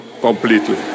completely